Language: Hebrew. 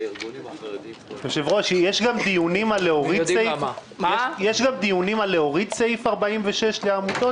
יש גם דיונים על להוריד סעיף 465 לעמותות,